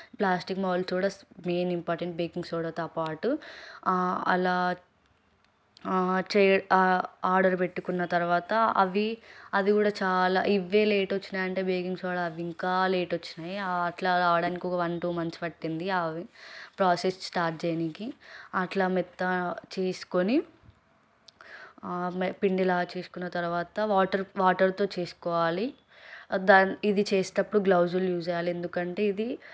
plastic moulds కూడా main important baking సోడాతో పాటు అలా చే ఆ ఆర్డర్ పెట్టుకున్న తర్వాత అవి అది కూడా చాలా ఇవి లేట్ వచ్చినాయి అంటే బేకింగ్ సోడా అవి ఇంకా లేట్ వచ్చినాయి అట్లా రావడానికి వన్ టూ మంత్స్ పట్టింది అవి ప్రాసెస్ స్టార్ట్ చేయడానికి అట్లా మెత్తగా చేసుకొని మె పిండిలాగా చేసుకున్న తర్వాత వాటర్ వాటర్తో చేసుకోవాలి దాన్ని ఇది చేసేటప్పుడు గ్లౌజ్లు యూజ్ చేయాలి ఎందుకంటే ఇది